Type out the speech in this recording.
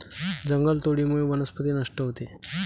जंगलतोडीमुळे वनस्पती नष्ट होते